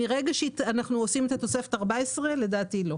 מרגע שאנחנו עושים את התוספת ה-14, לדעתי לא.